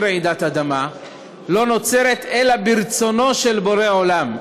רעידת אדמה לא נוצרת אלא ברצונו של בורא עולם,